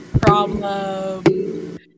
problem